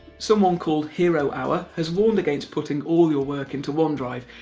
someone called herohour has warned against putting all your work into onedrive,